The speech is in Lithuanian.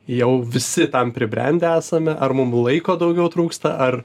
jau visi tam pribrendę esame ar mum laiko daugiau trūksta ar